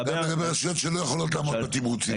רשויות שלא יכולות לעמוד בתמריצים האלה.